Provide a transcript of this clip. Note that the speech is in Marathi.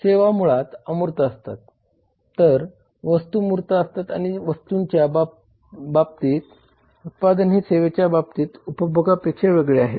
सेवा मुळात अमूर्त असतात तर वस्तू मूर्त असतात आणि वस्तूंच्या बतीत उत्पादन हे सेवेच्या बाबतीत उपभोगापेक्षा वेगळे आहे